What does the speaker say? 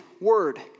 word